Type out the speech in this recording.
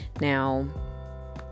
Now